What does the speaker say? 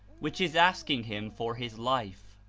which is asking him for his life.